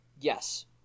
yes